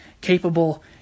capable